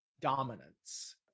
dominance